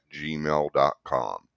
gmail.com